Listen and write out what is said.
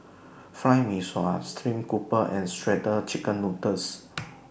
Fried Mee Sua Stream Grouper and Shredded Chicken Noodles